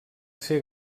ser